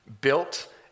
built